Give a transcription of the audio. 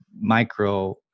micro